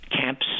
camps